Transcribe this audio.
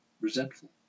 resentful